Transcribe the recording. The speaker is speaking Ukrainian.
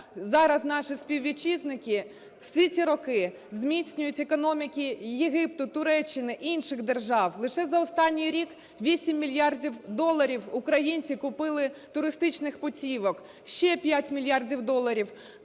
зараз наші співвітчизники всі ці роки зміцнюють економіки Єгипту, Туреччини, інших держав. Лише за останній рік 8 мільярдів доларів українці купили туристичних путівок, ще 5 мільярдів доларів